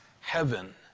heaven